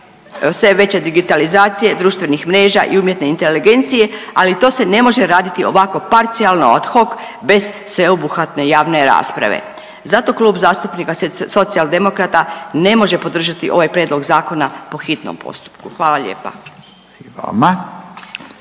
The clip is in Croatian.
sve veće digitalizacije društvenih mreža i umjetne inteligencije, ali to se ne može raditi ovako parcijalno ad hoc bez sveobuhvatne javne rasprave. Zato Klub zastupnika Socijaldemokrata ne može podržati ovaj prijedlog zakona po hitnom postupku. Hvala lijepa.